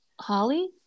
Holly